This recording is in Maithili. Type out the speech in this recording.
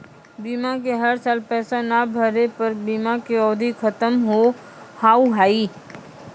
बीमा के हर साल पैसा ना भरे पर बीमा के अवधि खत्म हो हाव हाय?